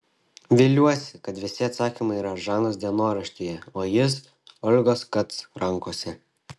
viliuosi kad visi atsakymai yra žanos dienoraštyje o jis olgos kac rankose